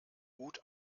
gut